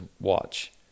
watch